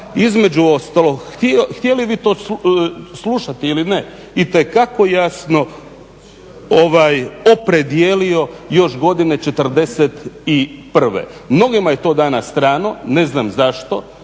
između ostalog, htjeli vi to slušati ili ne, itekako jasno opredijelio još godine '41. Mnogima je to danas strano, ne znam zašto.